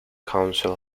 council